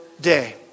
day